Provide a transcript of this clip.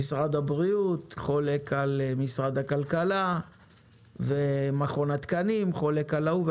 משרד הבריאות חלק על משרד הכלכלה ומכון התקנים חלק על ההוא,